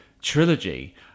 trilogy